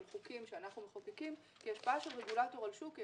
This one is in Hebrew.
חוקים שאנחנו מחוקקים כי השפעה של רגולטור על שוק היא